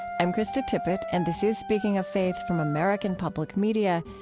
i'm krista tippett, and this is speaking of faithfrom american public media.